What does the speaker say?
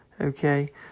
Okay